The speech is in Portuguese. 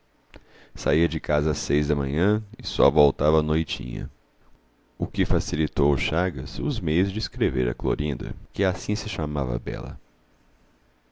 saía de casa às seis da manhã e só voltava à noitinha o que facilitou ao chagas os meios de escrever a clorinda que assim se chamava a bela